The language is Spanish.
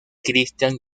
christian